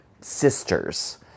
sisters